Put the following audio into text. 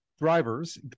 Drivers